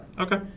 Okay